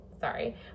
sorry